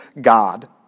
God